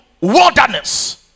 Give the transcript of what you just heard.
wilderness